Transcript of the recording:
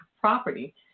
property